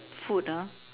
food ah